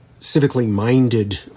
civically-minded